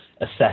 assess